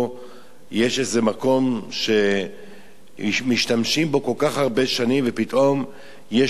או יש איזה מקום שמשתמשים בו כל כך הרבה שנים ופתאום יש